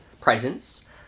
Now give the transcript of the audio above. presence